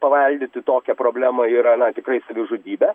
paveldėti tokią problemą yra na tikrai savižudybė